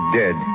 dead